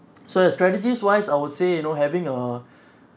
so the strategies wise I would say you know having a